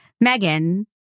MEGAN